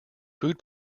food